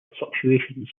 fluctuations